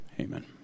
Amen